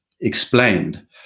explained